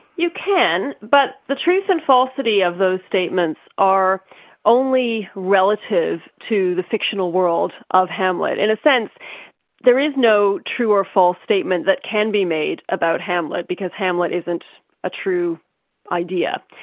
you can, but the truth and falsity of those statements are only relative to the fictional world of hamlet. in a sense there is no true or false statement that can be made about hamlet because hamlet isn't a true idea.